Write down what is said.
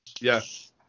Yes